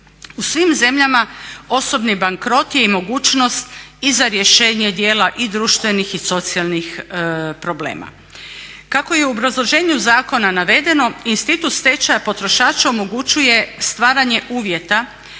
U svim zemljama osobni bankrot je i mogućnost i za rješenje djela i društvenih i socijalnih problema. Kako je u obrazloženju zakona navedeno Institut stečaja potrošača omogućuje stvaranje uvjeta